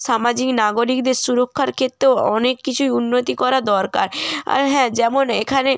সামাজিক নাগরিকদের সুরক্ষার ক্ষেত্রেও অনেক কিছুই উন্নতি করা দরকার আর হ্যাঁ যেমন এখানে